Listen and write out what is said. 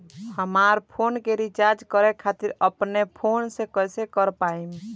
हमार फोन के रीचार्ज करे खातिर अपने फोन से कैसे कर पाएम?